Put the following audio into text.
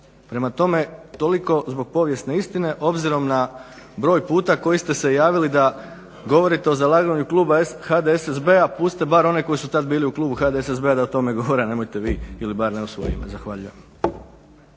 Prema tome, toliko zbog povijesne istine obzirom na broj puta koji ste se javili da govorite o zalaganju kluba HDSSB-a, pustite bar one koji su tad bili u klubu HDSSB-a da o tome govore a nemojte vi, ili bar ne u svoje ime. Zahvaljujem.